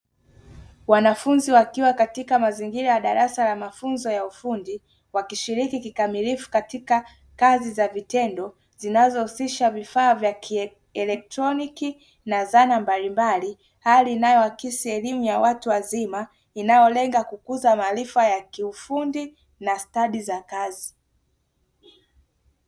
Wanafunzi wakiwa katika mazingira ya darasa la mafunzo ya ufundi wakishiriki kikamilifu katika kazi za vitendo zinazohusisha vifaa vya kielektroniki na zana mbalimbali, hali inayoakisi elimu ya watu wazima inayolenga kukuza maarifa ya kiufundi na stadi za kazi.